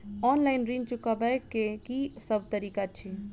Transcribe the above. Online ऋण चुकाबै केँ की सब तरीका अछि?